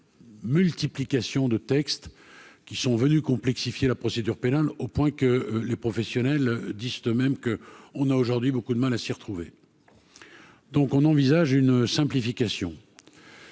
multiplication de textes qui sont venus complexifier la procédure pénale, au point que les professionnels disent eux-mêmes que on a aujourd'hui beaucoup de mal à s'y retrouver, donc on envisage une simplification.